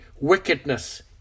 wickedness